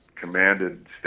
commanded